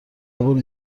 قبول